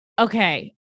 Okay